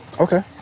Okay